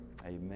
Amen